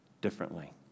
differently